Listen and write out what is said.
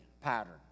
pattern